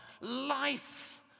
Life